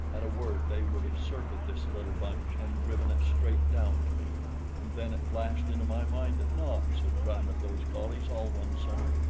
at a word they would have circled this little bunch and driven it straight down to me and then it flashed into my mind that nobs had run with those collies all one summer,